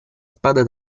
spada